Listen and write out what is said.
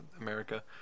America